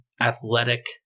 athletic